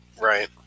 right